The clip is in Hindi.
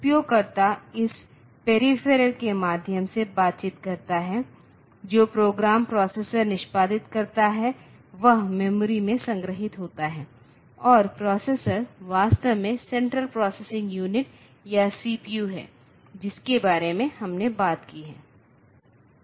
उपयोगकर्ता इस पेरीफेरल के माध्यम से बातचीत करता है जो प्रोग्राम प्रोसेसर निष्पादित करता है वह मेमोरी में संग्रहीत होता है और प्रोसेसर वास्तव में सेंट्रल प्रोसेसिंग यूनिट या सीपीयू है जिसके बारे में हमने बात की है